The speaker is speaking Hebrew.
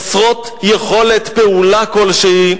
חסרות יכולת פעולה כלשהי,